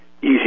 easy